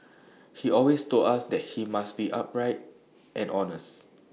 he always told us that he must be upright and honest